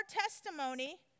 testimony